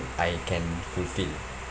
I can fulfil